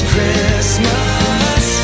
Christmas